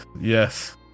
yes